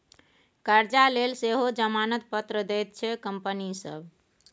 करजा लेल सेहो जमानत पत्र दैत छै कंपनी सभ